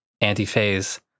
anti-phase